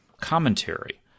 commentary